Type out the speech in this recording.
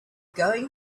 going